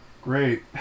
Great